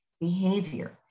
behavior